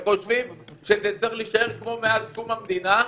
הם חושבים שזה צריך להישאר כמו מאז קום המדינה,